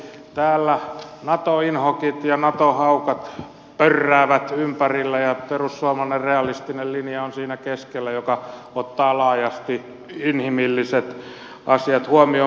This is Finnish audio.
täällä nato inhokit ja nato haukat pörräävät ympärillä ja siinä keskellä on perussuomalainen realistinen linja joka ottaa laajasti inhimilliset asiat huomioon